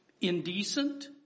Indecent